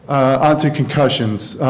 onto concussions,